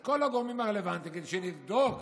את כל הגורמים הרלוונטיים כדי שנבדוק